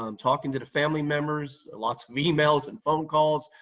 um talking to the family members, lots of emails and phone calls,